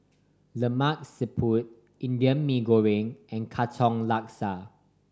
Lemak Siput Indian Mee Goreng and Katong Laksa